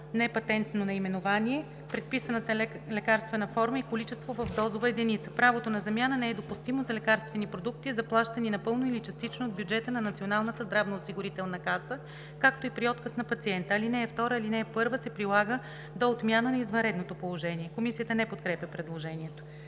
непатентно наименование предписаната лекарствена форма и количество в дозова единица. Правото на замяна не е допустимо за лекарствени продукти, заплащани напълно или частично от бюджета на Националната здравноосигурителна каса, както и при отказ на пациента. (2) Алинея 1 се прилага до отмяна на извънредното положение.“ Комисията не подкрепя предложението.